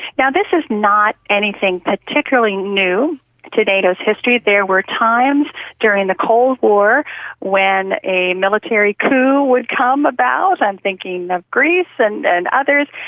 this is not anything particularly new to nato's history. there were times during the cold war when a military coup would come about. i'm thinking of greece and and others,